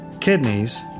kidneys